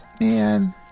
Man